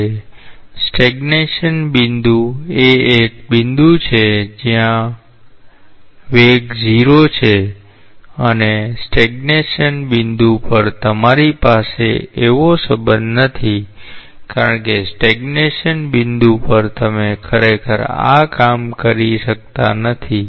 તેથી સ્ટૈગ્નૈશન બિંદુ એ એક બિંદુ છે જ્યાં v 0 છે અને સ્ટૈગ્નૈશન બિંદુ પર તમારી પાસે આવો સંબંધ નથી કારણ કે સ્ટૈગ્નૈશન બિંદુ પર તમે ખરેખર આ કામ કરી શકતા નથી